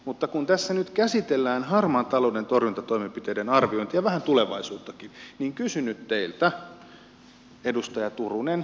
mutta kun tässä nyt käsitellään harmaan talouden torjuntatoimenpiteiden arviointia ja vähän tulevaisuuttakin niin kysyn nyt teiltä edustaja turunen